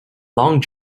long